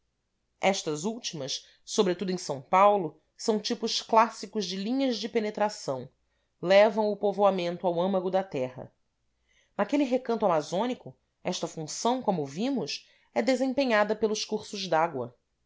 estas últimas sobretudo em s paulo são tipos clássicos de linhas de penetração levam o povoamento ao âmago da terra naquele recanto amazônico esta função como o vimos é desempenhada pelos cursos dágua